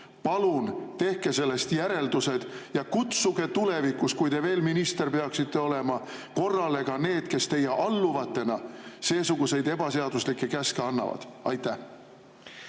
Palun tehke sellest järeldused ja kutsuge tulevikus, kui te veel minister peaksite olema, korrale ka need, kes teie alluvatena seesuguseid ebaseaduslikke käske annavad. Aitäh!